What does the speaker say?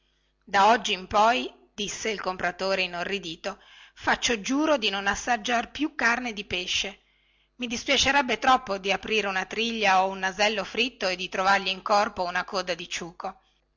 da oggi in poi disse il compratore inorridito faccio giuro di non assaggiar più carne di pesce i dispiacerebbe troppo di aprire una triglia o un nasello fritto e di trovargli in corpo una coda di ciuco